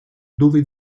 dove